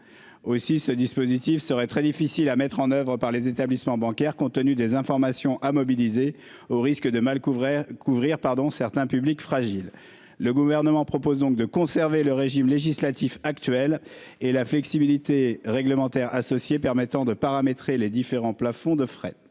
aussi. Ce dispositif serait très difficile à mettre en oeuvre par les établissements bancaires, compte tenu des informations à mobiliser au risque de mal couvrait couvrir pardon certains publics fragiles. Le gouvernement propose donc de conserver le régime législatif actuel et la flexibilité réglementaire associé permettant de paramétrer les différents plafonds de frais.